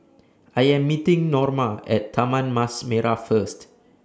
I Am meeting Norma At Taman Mas Merah First